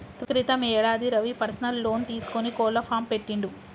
క్రితం యేడాది Ravi personal loan తీసుకొని కోళ్ల ఫాం పెట్టిండు